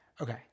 Okay